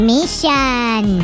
Mission